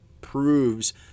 proves